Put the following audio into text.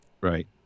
Right